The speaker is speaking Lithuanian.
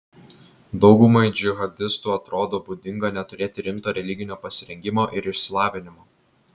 daugumai džihadistų atrodo būdinga neturėti rimto religinio pasirengimo ir išsilavinimo